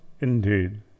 indeed